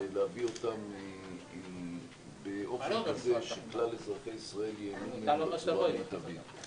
ולהביא אותם באופן כזה שכלל אזרחי ישראל ייהנו מהם בצורה מיטבית.